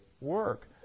work